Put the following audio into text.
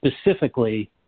specifically